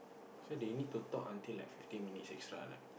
so they need to talk until like fifteen minutes extra like